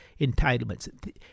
entitlements